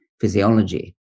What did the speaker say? physiology